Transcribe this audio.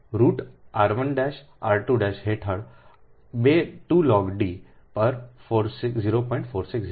root r 1 R 2 હેઠળ 2 log d પર 0